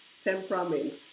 temperament